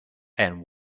and